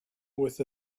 with